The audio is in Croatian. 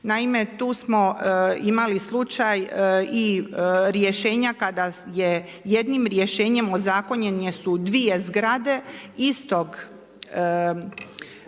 Naime tu smo imali slučaj i rješenja kada je jednim rješenjem ozakonjene su dvije zgrade istog